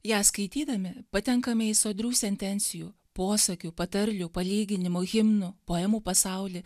ją skaitydami patenkame į sodrių sentencijų posakių patarlių palyginimų himnų poemų pasaulį